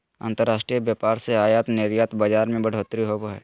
अंतर्राष्ट्रीय व्यापार से आयात निर्यात बाजार मे बढ़ोतरी होवो हय